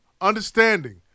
Understanding